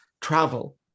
travel